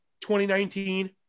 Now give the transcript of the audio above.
2019